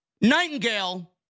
Nightingale